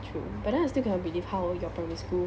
true but then I still can't believe how your primary school